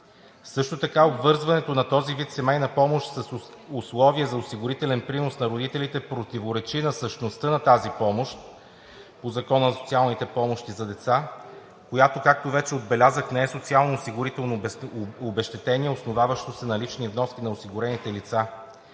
Също така обвързването на този вид семейна помощ с условия за осигурителен принос на родителите противоречи на същността на тази помощ по Закона за социалните помощи за деца, която, както вече отбелязах, не е социално осигурително обезщетение, основаващо се на лични вноски на осигурените лица.